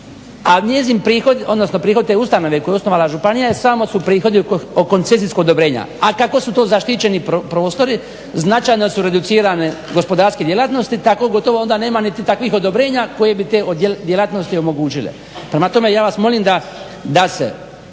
a njezin prihod odnosno prihod te ustanove koji je osnovala županija samo su prihodi od koncesijskog odobrenja. A kako su to zaštićeni prostori značajno su reducirane gospodarske djelatnosti takvo gotovo nema niti takvih odobrenja koji bi te djelatnosti omogućile. Prema tome ja vas molim da se